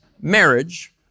marriage